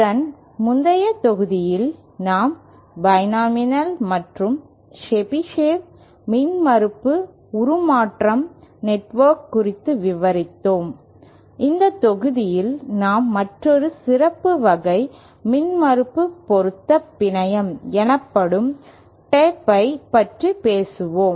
இதன் முந்தைய தொகுதியில் நாம் பைனோமியல் மற்றும் செபிஷேவ் மின்மறுப்பு உருமாற்றம் நெட்வொர்க் குறித்து விவரித்தோம் இந்த தொகுதியில் நாம் மற்றொரு சிறப்பு வகை மின்மறுப்பு பொருத்தப் பிணையம் எனப்படும் டேப்ஐ பற்றி பேசுவோம்